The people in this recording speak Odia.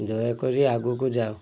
ଦୟାକରି ଆଗକୁ ଯାଅ